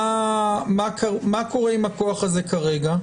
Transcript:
מה קורה עם הכוח הזה כרגע?